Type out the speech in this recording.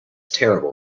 terrible